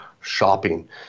shopping